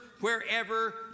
wherever